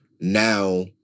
now